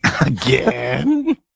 Again